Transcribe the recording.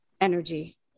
Energy